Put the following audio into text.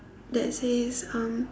that says um